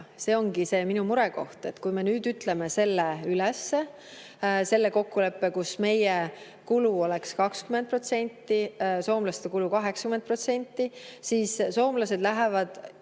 See ongi minu murekoht, et kui me nüüd ütleme selle üles, selle kokkuleppe, kus meie kulu oleks 20%, soomlaste kulu 80%, siis soomlased lähevad